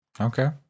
Okay